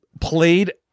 played